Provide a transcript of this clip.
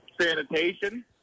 sanitation